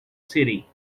city